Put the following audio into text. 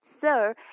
Sir